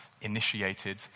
initiated